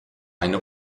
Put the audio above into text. eine